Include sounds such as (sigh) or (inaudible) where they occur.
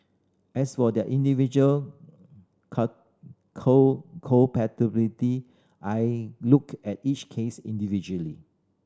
as for their individual (unintelligible) culpability I looked at each case individually